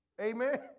Amen